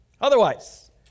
Otherwise